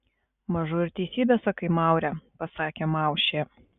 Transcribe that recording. mažu ir teisybę sakai maure pasakė maušė